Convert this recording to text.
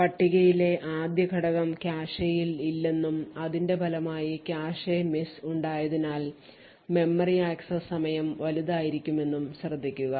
പട്ടികയിലെ ആദ്യ ഘടകം കാഷെയിൽ ഇല്ലെന്നും അതിന്റെ ഫലമായി കാഷെ miss ഉണ്ടായതിനാൽ മെമ്മറി ആക്സസ്സ് സമയം വലുതായിരിക്കുമെന്നും ശ്രദ്ധിക്കുക